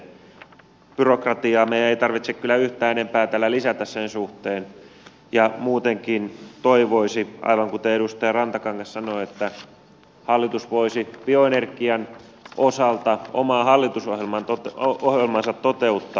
byrokratiaa meidän ei tarvitse kyllä yhtään enempää tällä lisätä sen suhteen ja muutenkin toivoisi aivan kuten edustaja rantakangas sanoi että hallitus voisi bioenergian osalta omaa hallitusohjelmaansa toteuttaa